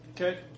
Okay